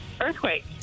earthquake